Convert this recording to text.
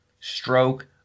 Stroke